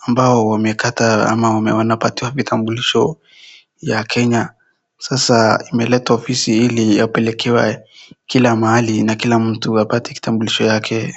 ambao wamekata ama wanapatiwa vitambulisho ya Kenya. Sasa imeletwa ofisi ili apelekewe kila mahali na kila mtu apate kitambulisho yake.